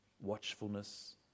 watchfulness